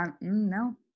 no